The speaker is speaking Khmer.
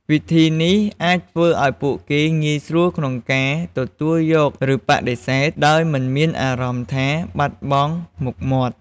វិធីនេះ អាចធ្វើឲ្យពួកគេងាយស្រួលក្នុងការទទួលយក ឬបដិសេធ ដោយមិនមានអារម្មណ៍ថាបាត់បង់មុខមាត់។